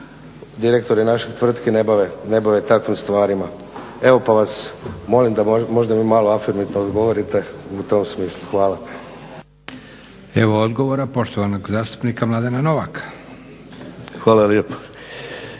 direktori naših tvrtki ne bave takvim stvarima. Evo pa vas molim da možda i afirmativno odgovorite u tom smislu. Hvala. **Leko, Josip (SDP)** Evo odgovora poštovanog zastupnika Mladena Novaka. **Novak, Mladen